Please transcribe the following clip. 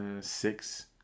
six